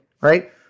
right